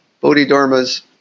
Bodhidharma's